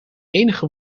enige